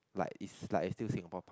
like it's like it's still Singapore power